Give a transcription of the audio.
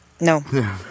No